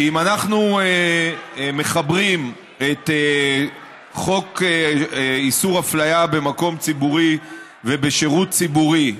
כי אם אנחנו מחברים את חוק איסור הפליה במקום ציבורי ובשירות ציבורי,